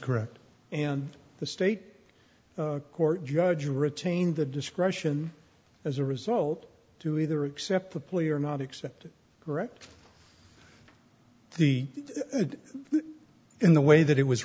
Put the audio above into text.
correct and the state court judge retained the discretion as a result to either accept the plea or not accept it correct the in the way that it was